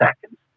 seconds